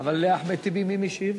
אבל לאחמד טיבי מי משיב?